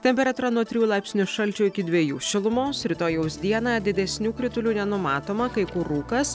temperatūra nuo trijų laipsnių šalčio iki dviejų šilumos rytojaus dieną didesnių kritulių nenumatoma kai kur rūkas